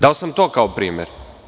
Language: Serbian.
Dao sam to kao primer.